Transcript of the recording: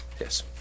Yes